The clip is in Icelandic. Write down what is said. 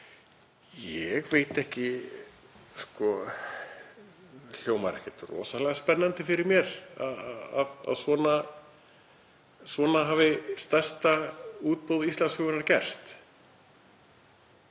Ég veit ekki. Það hljómar ekkert rosalega spennandi fyrir mér að svona hafi stærsta útboð Íslandssögunnar verið.